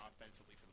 offensively